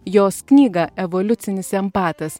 jos knygą evoliucinis empatas